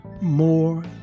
more